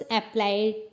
applied